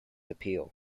appeal